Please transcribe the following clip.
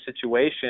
situation